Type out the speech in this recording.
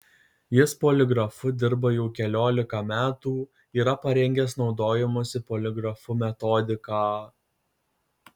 jis poligrafu dirba jau keliolika metų yra parengęs naudojimosi poligrafu metodiką